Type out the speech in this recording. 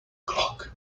clock